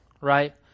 right